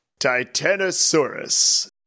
Titanosaurus